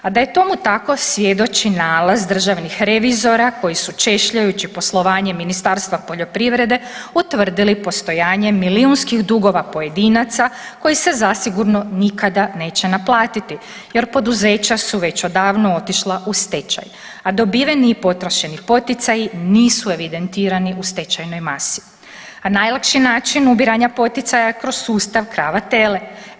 A da je tomu tako svjedoči nalaz državnih revizora koji su češljajući poslovanje Ministarstva poljoprivrede utvrdili postojanje milijunskih dugova pojedinaca koji se zasigurno nikada neće naplatiti jer poduzeća su već odavno otišla u stečaj, a dobiveni i potrošeni poticaji nisu evidentirani u stečajnoj masi, a najlakši je način ubiranja poticaja kroz sustav krava-tele.